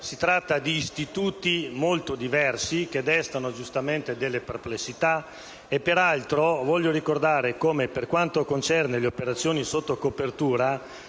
si tratta di istituti molto diversi, che destano giustamente delle perplessità. Peraltro voglio ricordare che, per quanto concerne le operazioni sotto copertura,